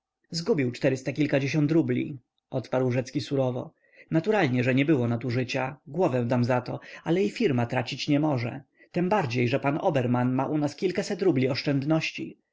zgubił czterysta kilkadziesiąt rubli odparł rzecki surowo naturalnie że nie było nadużycia głowę dam za to ale i firma tracić nie może tembardziej że pan oberman ma u nas kilkaset rubli oszczędności